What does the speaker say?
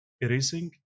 erasing